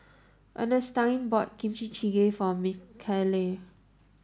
Ernestine bought Kimchi jjigae for Michaele